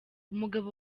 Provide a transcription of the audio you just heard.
umugabo